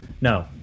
no